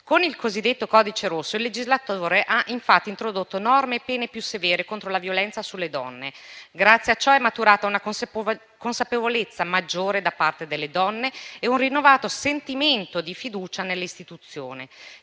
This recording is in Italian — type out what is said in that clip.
Con quest'ultimo il legislatore ha infatti introdotto norme e pene più severe contro la violenza sulle donne. Grazie a ciò è maturata una consapevolezza maggiore da parte delle donne e un rinnovato sentimento di fiducia nelle istituzioni.